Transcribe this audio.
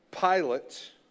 Pilate